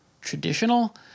traditional